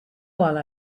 while